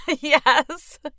Yes